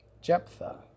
Jephthah